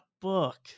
book